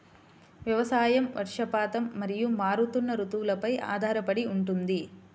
వ్యవసాయం వర్షపాతం మరియు మారుతున్న రుతువులపై ఆధారపడి ఉంటుంది